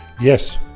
Yes